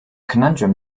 conundrum